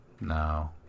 No